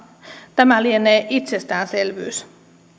tämä lienee itsestäänselvyys